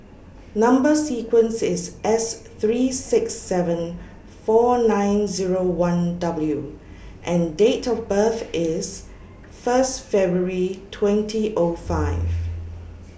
Number sequence IS S three six seven four nine Zero one W and Date of birth IS First February twenty O five